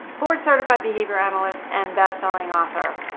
board certified behavior analyst, and best-selling author.